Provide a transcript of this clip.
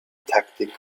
taktik